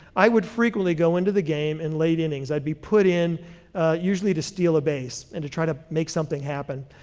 i would frequently go into the game in late innings. i'd be put in usually to steal a base and to try to make something happen.